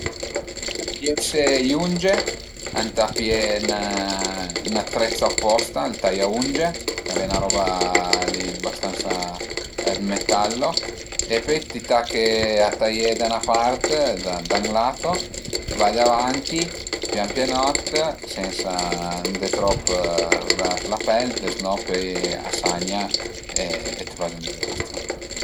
Për taiese i unge ëntò pié ün attrezzo apposta, ël taiaunge, ch'al e 'na roba li bastansa dë metallo e pöi ti tache a taié da 'na part, da ün lato, vade avanti pian pianot sensa andé trop vers la pel, deznò pöi a sagna e t'faze ün dizastro